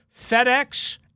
FedEx